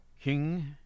King